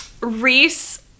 Reese